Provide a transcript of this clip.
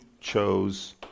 chose